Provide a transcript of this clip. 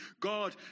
God